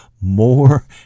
more